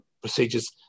procedures